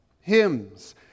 hymns